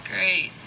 Great